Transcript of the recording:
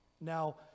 Now